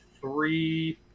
three